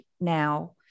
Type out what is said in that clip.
now